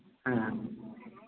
हाँ हाँ